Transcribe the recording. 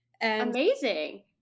Amazing